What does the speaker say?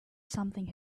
something